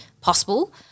possible